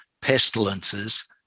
pestilences